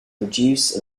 produce